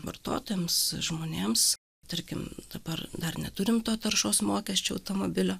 vartotojams žmonėms tarkim dabar dar neturim to taršos mokesčio automobilio